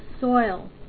soil